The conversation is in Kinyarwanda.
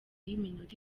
y’iminota